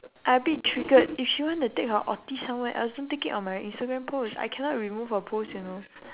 I a bit triggered if she want to take her autist somewhere else don't take it on my instagram post I cannot remove a post you know